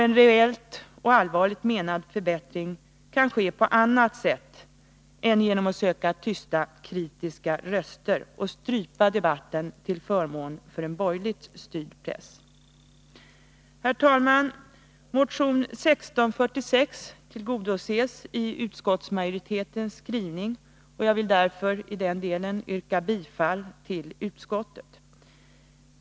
En reellt och allvarligt menad förbättring kan ske på annat sätt än genom att söka tysta kritiska röster och strypa debatten till förmån för en borgerligt styrd press. Herr talman! Motion 1646 tillgodoses i utskottsmajoritetens skrivning, och jag vill därför i den delen yrka bifall till utskottets hemställan.